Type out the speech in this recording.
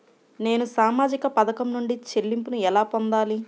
నేను సామాజిక పథకం నుండి చెల్లింపును ఎలా పొందాలి?